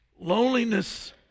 loneliness